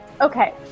Okay